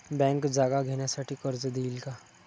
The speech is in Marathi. बँक जागा घेण्यासाठी कर्ज देईल का?